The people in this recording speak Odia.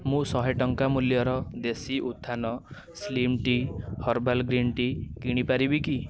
ମୁଁ ଶହେ ଟଙ୍କା ମୂଲ୍ୟର ଦେଶୀ ଉତ୍ଥାନ slim tea herbal green tea କିଣିପାରିବି କି